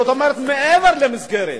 זאת אומרת, מעבר למסגרת.